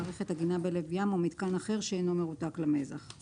מערכת עגינה בלב ים או מיתקן אחר שאינו מרותק למזח .